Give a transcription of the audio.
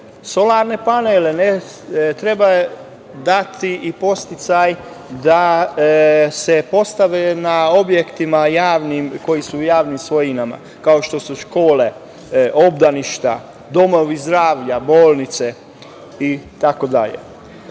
solarne panele treba dati i podsticaj da se postavljaju na objektima koji su u javnim svojinama, kao što su škole, obdaništa, domovi zdravlja, bolnice i